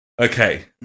Okay